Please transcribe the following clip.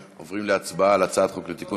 אנחנו עוברים להצבעה על הצעת חוק לתיקון